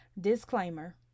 Disclaimer